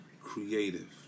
creative